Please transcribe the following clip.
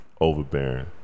Overbearing